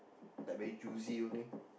like very choosy only